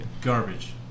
Garbage